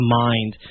mind